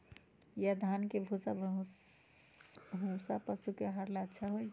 या धान के भूसा पशु के आहार ला अच्छा होई?